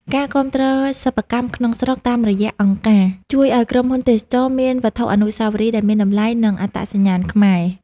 ការគាំទ្រសិប្បកម្មក្នុងស្រុកតាមរយៈអង្គការ ជួយឱ្យក្រុមហ៊ុនទេសចរណ៍មានវត្ថុអនុស្សាវរីយ៍ដែលមានតម្លៃ និងអត្តសញ្ញាណខ្មែរ។